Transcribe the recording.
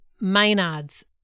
Maynard's –